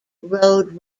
road